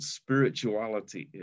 spirituality